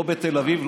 לא בתל אביב,